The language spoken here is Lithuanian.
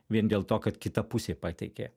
vien dėl to kad kita pusė pateikė